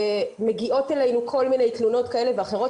מגיעות אלינו כל מיני תלונות כאלה ואחרות